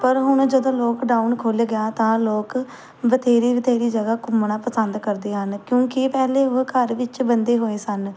ਪਰ ਹੁਣ ਜਦੋਂ ਲੋਕਡਾਊਨ ਖੁੱਲ੍ਹ ਗਿਆ ਤਾਂ ਲੋਕ ਬਥੇਰੀ ਬਥੇਰੀ ਜਗ੍ਹਾ ਘੁੰਮਣਾ ਪਸੰਦ ਕਰਦੇ ਹਨ ਕਿਉਂਕਿ ਪਹਿਲਾਂ ਉਹ ਘਰ ਵਿੱਚ ਬੰਦੇ ਹੋਏ ਸਨ